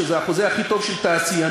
שזה החוזה הכי טוב של תעשיינים.